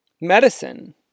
Medicine